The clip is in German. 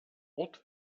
ort